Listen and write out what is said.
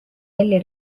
eli